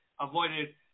avoided